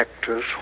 actor's